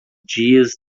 dias